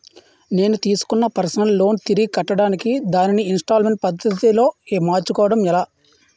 నేను తిస్కున్న personal loan తిరిగి కట్టడానికి దానిని ఇంస్తాల్మేంట్ పద్ధతి లో మార్చుకోవడం ఎలా?